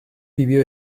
vivió